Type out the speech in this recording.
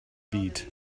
byd